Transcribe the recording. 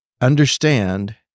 understand